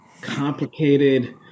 complicated